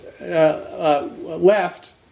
left